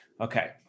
Okay